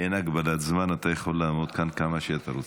אין הגבלת זמן, אתה יכול לעמוד כאן כמה שאתה רוצה.